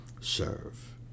serve